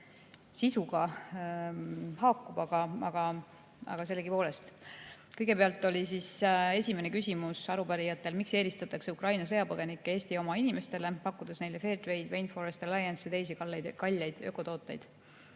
sisuga haakub, aga sellegipoolest. Kõigepealt oli esimene küsimus arupärijatel: "Miks eelistatakse Ukraina sõjapõgenikke Eesti oma inimestele, pakkudes neile FairTrade, Rainforest Alliance ja teisi kalleid ökotooteid?"